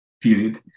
Period